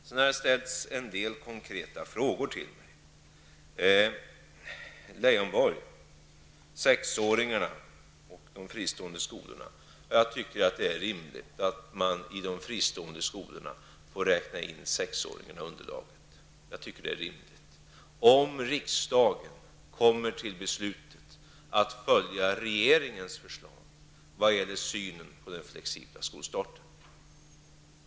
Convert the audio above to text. Det har ställts en del konkreta frågor till mig. Lars Leijonborgs fråga rörde sexåringarna och de fristående skolorna. Det är rimligt att man i de fristående skolorna får räkna in sexåringarna i underlaget. Jag tycker att det är rimligt om riksdagen kommer till beslutet att följa regeringens förslag i vad gäller synen på den flexibla skolstarten.